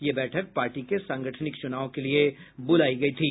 यह बैठक पार्टी के सांगठनिक चुनाव के लिए बुलाई गयी थी